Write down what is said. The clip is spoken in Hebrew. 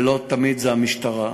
ולא תמיד זה המשטרה.